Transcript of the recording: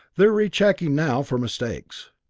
they're rechecking now for mistakes.